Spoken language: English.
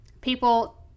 people